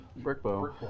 Brickbow